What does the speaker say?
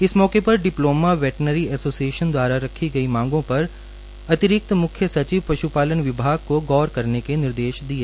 इस मौके पर डिप्लोमा वेटनरी एशोसिएशन दवारा रखी गई मांगों पर अतिरिक्त मुख्य सचिव पश्पालन विभाग को गौर करने के निर्देश दिए